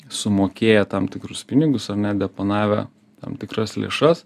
sumokėję tam tikrus pinigus ar ne deponavę tam tikras lėšas